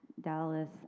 Dallas